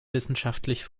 wissenschaftlich